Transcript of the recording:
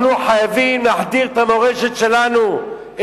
אנחנו חייבים להחדיר את המורשת שלנו,